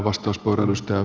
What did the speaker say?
herra puhemies